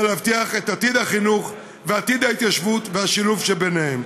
להבטיח את עתיד החינוך ועתיד ההתיישבות והשילוב שביניהם.